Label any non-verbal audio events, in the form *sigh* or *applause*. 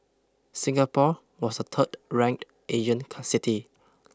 Singapore was the third ranked Asian *unintelligible* city